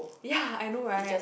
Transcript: ya I know right